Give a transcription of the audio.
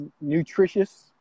nutritious